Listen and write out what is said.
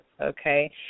okay